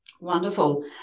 wonderful